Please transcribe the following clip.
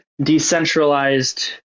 decentralized